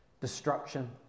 Destruction